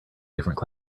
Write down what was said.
different